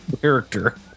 character